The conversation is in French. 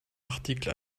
article